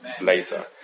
later